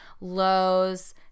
Lowe's